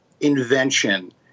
invention